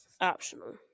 optional